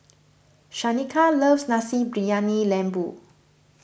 Shaneka loves Nasi Briyani Lembu